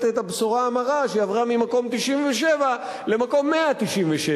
את הבשורה המרה שהיא עברה ממקום 97 למקום 197,